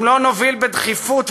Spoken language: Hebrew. אם לא נוביל בדחיפות,